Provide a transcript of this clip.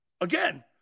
Again